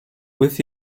with